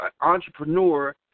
entrepreneur